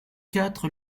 quatre